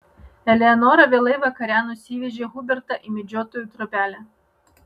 eleonora vėlai vakare nusivežė hubertą į medžiotojų trobelę